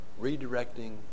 redirecting